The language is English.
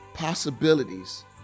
Possibilities